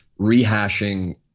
rehashing